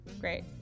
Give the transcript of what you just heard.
great